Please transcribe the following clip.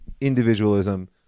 Individualism